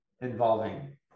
involving